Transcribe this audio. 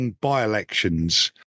by-elections